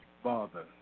Father